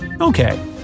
Okay